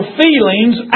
feelings